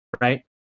Right